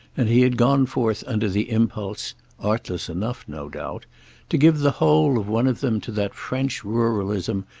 and he had gone forth under the impulse artless enough, no doubt to give the whole of one of them to that french ruralism,